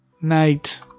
Night